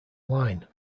line